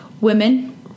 Women